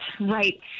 right